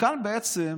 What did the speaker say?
וכאן נוצר